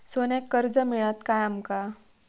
सोन्याक कर्ज मिळात काय आमका?